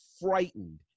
frightened